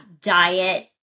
diet